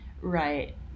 Right